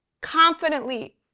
confidently